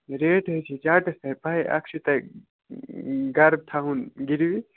rate حظ چھِ charts تۄہہِ پَے اَکھ چھُ تۄہہِ گَرٕ تھاوُن گِروی